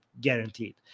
guaranteed